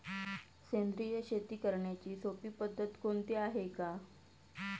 सेंद्रिय शेती करण्याची सोपी पद्धत कोणती आहे का?